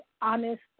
honest